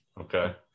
Okay